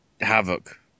Havoc